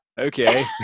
Okay